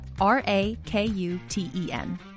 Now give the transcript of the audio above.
R-A-K-U-T-E-N